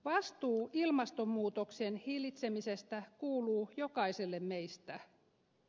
vastuu ilmastonmuutoksen hillitsemisestä kuuluu jokaiselle meistä